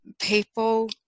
people